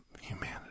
humanity